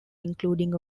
including